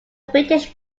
british